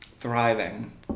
thriving